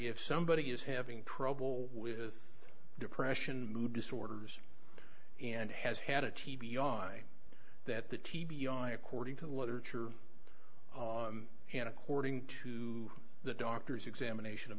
if somebody is having trouble with depression mood disorders and has had a t v on that the t b i according to literature and according to the doctor's examination of